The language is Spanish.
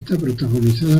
protagonizada